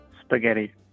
Spaghetti